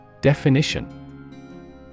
Definition